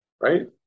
Right